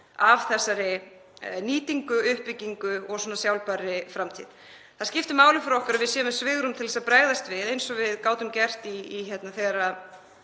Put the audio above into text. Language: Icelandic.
af þessari nýtingu, uppbyggingu og sjálfbærri framtíð. Það skiptir máli fyrir okkur að við séum með svigrúm til þess að bregðast við eins og við gátum gert í Malaví vegna